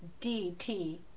DT